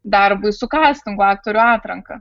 darbui su kastingu aktorių atranka